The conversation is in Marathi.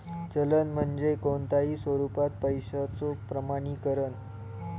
चलन म्हणजे कोणताही स्वरूपात पैशाचो प्रमाणीकरण